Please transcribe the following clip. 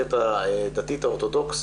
המערכת הדתית האורתודוכסית,